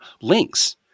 links